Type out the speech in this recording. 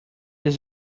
this